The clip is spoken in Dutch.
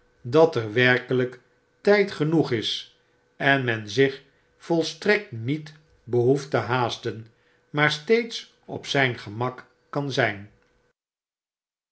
at er werkelyk tijd genoeg is en men zich volstrekt niet behoeft te haasten maar steeds op zijn gemak kan zyn